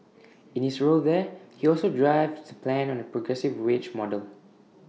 in his role there he also drives the plans on A progressive wage model